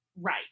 right